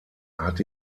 hat